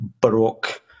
baroque